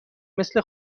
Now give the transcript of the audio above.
مثل